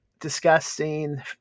disgusting